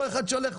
אותו אחד שהולך,